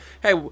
hey